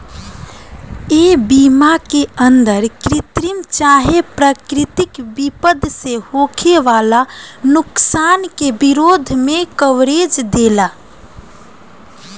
ए बीमा के अंदर कृत्रिम चाहे प्राकृतिक विपद से होखे वाला नुकसान के विरोध में कवरेज देला